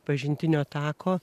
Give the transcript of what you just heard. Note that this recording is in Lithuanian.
pažintinio tako